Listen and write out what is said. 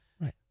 Right